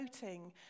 voting